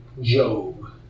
Job